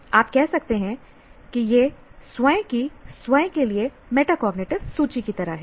आप कह सकते हैं कि यह स्वयं की स्वयं के लिए मेटाकॉग्निटिव सूची की तरह है